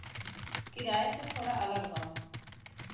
किराए से थोड़ा अलग हौ